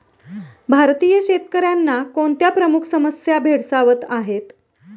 भारतीय शेतकऱ्यांना कोणत्या प्रमुख समस्या भेडसावत आहेत?